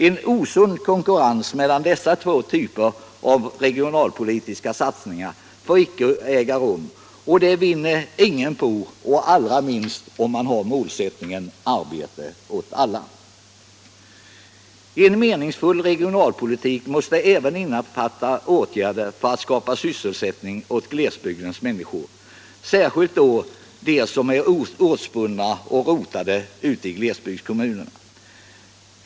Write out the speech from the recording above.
En osund konkurrens mellan dessa två typer av regionalpolitiska satsningar får icke förekomma — det vinner ingen på, allra minst om man har målsättningen arbete åt alla. En meningsfull regionalpolitik måste även innefatta åtgärder för att skapa sysselsättning åt glesbygdens människor, särskilt då åt dem som är ortsbundna och rotade ute i glesbygdskommunerna.